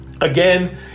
again